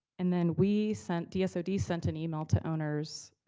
and then we sent, dsod so dsod sent an email to owners,